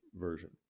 version